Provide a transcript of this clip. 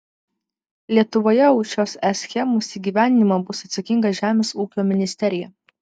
lietuvoje už šios es schemos įgyvendinimą bus atsakinga žemės ūkio ministerija